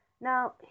Now